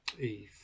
Eve